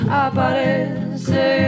aparece